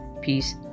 peace